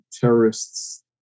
terrorists